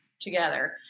together